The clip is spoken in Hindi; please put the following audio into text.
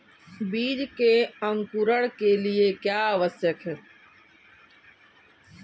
बीज के अंकुरण के लिए क्या आवश्यक है?